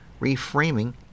reframing